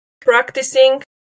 practicing